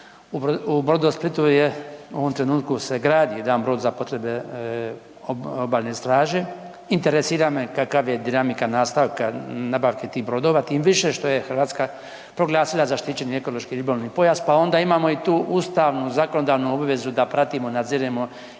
u Brodosplitu u ovom trenutku se gradi jedan brod za potrebe Obalne straže. Interesira me kakva je dinamika nastavka nabavki tih brodova, tim više što je Hrvatska proglasila zaštićeni ekološki ribolovni pojas. Pa onda imamo i tu ustavnu, zakonodavnu obvezu da pratimo, nadziremo